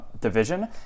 division